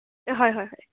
হয় হয় হয়